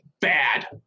Bad